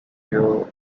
your